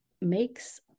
makes